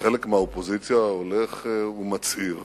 שחלק מהאופוזיציה הולך ומצעיר